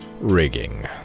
Rigging